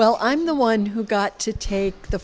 well i'm the one who got to take the